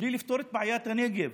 בלי לפתור את בעיית הנגב